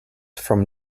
from